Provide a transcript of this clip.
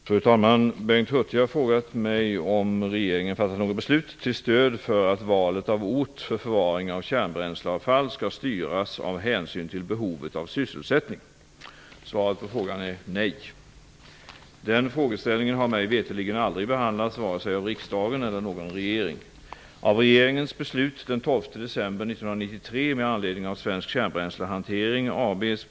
Fru talman! Bengt Hurtig har frågat mig om regeringen fattat något beslut till stöd för att valet av ort för förvaring av kärnbränsleavfall skall styras av hänsyn till behovet av sysselsättning. Svaret på frågan är nej. Den frågeställningen har mig veterligen aldrig behandlats vare sig av riksdagen eller av någon regering.